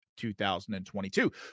2022